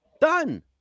done